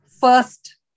first